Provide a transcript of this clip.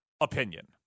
opinion